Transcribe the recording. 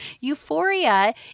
Euphoria